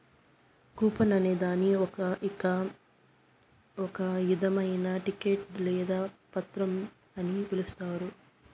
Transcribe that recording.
coupon అనే దాన్ని ఒక ఇధమైన టికెట్ లేదా పత్రం అని పిలుత్తారు